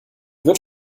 wird